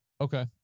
Okay